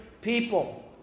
people